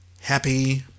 happy